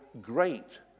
great